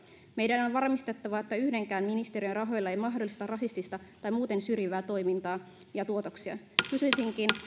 meidän on varmistettava että yhdenkään ministeriön rahoilla ei mahdollisteta rasistista tai muuten syrjivää toimintaa ja tuotoksia kysyisinkin